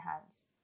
hands